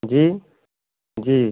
जी जी